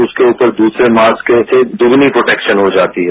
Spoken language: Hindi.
उसके ऊपर दूसरे मास्क से दोगुनी प्रोटेक्शन हो जाती है